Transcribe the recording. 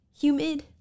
humid